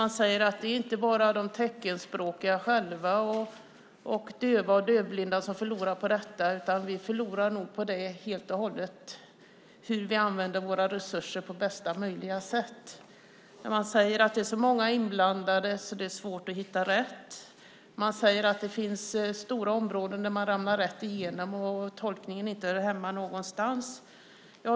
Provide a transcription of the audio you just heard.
Man säger att det inte bara är de teckenspråkiga själva och de dövblinda som förlorar på detta utan att vi nog förlorar helt och hållet på det. Man säger att det är så många inblandade att det är svårt att hitta rätt. Man säger att det finns stora områden där människor ramlar rätt igenom och tolkningen inte hör hemma någonstans.